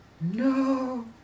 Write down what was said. No